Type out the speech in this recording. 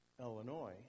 Illinois